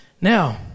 now